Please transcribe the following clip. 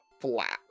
flat